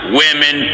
women